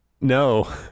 No